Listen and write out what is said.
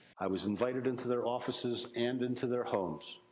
i was invited into their offices and into their homes.